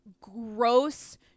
gross